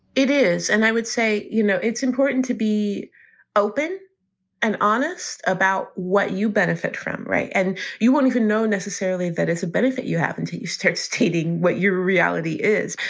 it is. and i would say, you know, it's important to be open and honest about what you benefit from. right. and you won't even know necessarily that is a benefit you have and to so take stating what your reality is.